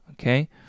okay